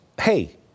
hey